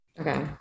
Okay